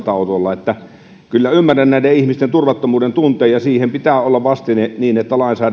sairaalan vastaanotolla kyllä ymmärrän näiden ihmisten turvattomuuden tunteen ja siihen pitää olla vastine niin